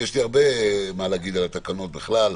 יש לי הרבה מה להגיד על התקנות בכלל,